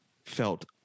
felt